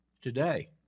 today